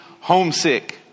homesick